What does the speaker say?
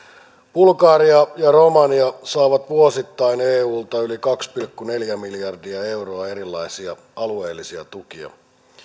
bulgaria ja romania saavat vuosittain eulta yli kaksi pilkku neljä miljardia euroa erilaisia alueellisia tukia